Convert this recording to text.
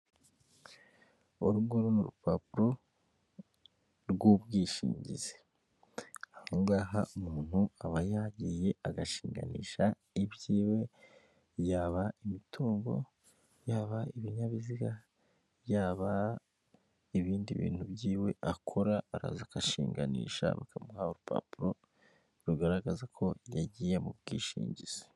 Uru nguru n'urupapuro rw'ubwishingizi ahanga ngaha umuntu aba yagiye agashinganisha ibyiwe yaba imitungo, yaba ibinyabiziga yaba ibindi bintu byiwe akora araza akashinganisha bakamuha urupapuro rugaragaza ko yagiye mu bwishingizi.